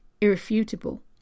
irrefutable